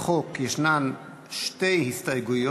לסעיף 1 בחוק יש שתי הסתייגויות,